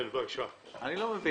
אתה אומר